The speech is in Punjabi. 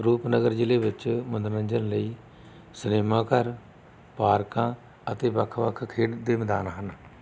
ਰੂਪਨਗਰ ਜ਼ਿਲ੍ਹੇ ਵਿੱਚ ਮੰਨੋਰੰਜਨ ਲਈ ਸਿਨੇਮਾ ਘਰ ਪਾਰਕਾਂ ਅਤੇ ਵੱਖ ਵੱਖ ਖੇਡ ਦੇ ਮੈਦਾਨ ਹਨ